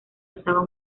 usaban